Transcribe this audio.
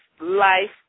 life